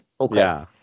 Okay